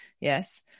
yes